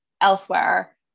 elsewhere